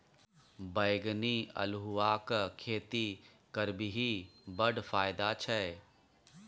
बैंगनी अल्हुआक खेती करबिही बड़ फायदा छै